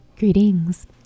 Greetings